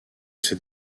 ses